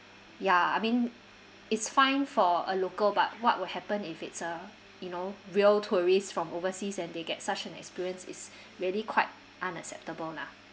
ya I mean it's fine for a local but what will happen if it's uh you know real tourists from overseas and they get such an experience it's really quite unacceptable lah